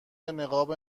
نقاب